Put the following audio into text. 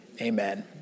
Amen